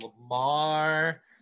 Lamar